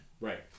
right